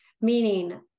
meaning